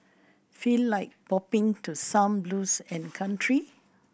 feel like bopping to some blues and country